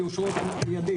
הם יאושרו מיידית,